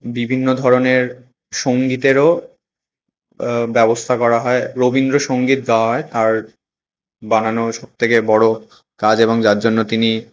বিভিন্ন ধরনের সঙ্গীতেরও ব্যবস্থা করা হয় রবীন্দ্রসঙ্গীত গাওয়া হয় তাঁর বানানো সবথেকে বড় কাজ এবং যার জন্য তিনি